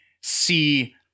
see